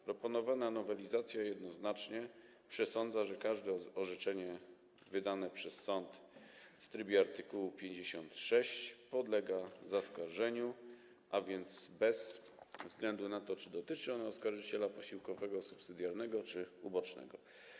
Proponowana nowelizacja jednoznacznie przesądza, że każde orzeczenie wydane przez sąd w trybie art. 56 podlega zaskarżeniu, a więc bez względu na to, czy dotyczy ono oskarżyciela posiłkowego subsydialnego, czy ubocznego.